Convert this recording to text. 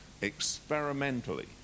experimentally